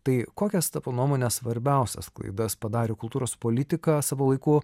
tai kokias tavo nuomone svarbiausias klaidas padarė kultūros politiką savo laiku